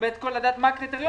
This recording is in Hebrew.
וגם מה הקריטריונים?